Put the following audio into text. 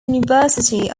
university